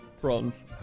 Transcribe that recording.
Bronze